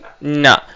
No